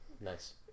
Nice